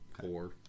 Four